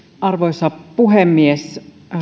arvoisa puhemies